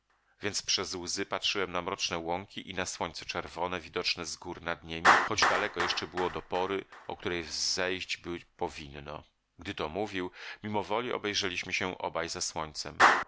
więc przez łzy patrzyłem na mroczne łąki i na słońce czerwone widoczne z góry nad niemi choć daleko jeszcze było do pory o której wzejść by powinno gdy to mówił mimo woli obejrzeliśmy się obaj za słońcem